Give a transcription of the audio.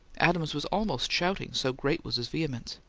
adams was almost shouting, so great was his vehemence.